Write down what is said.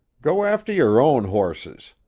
go after your own horses.